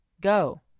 Go